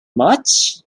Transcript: much